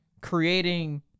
creating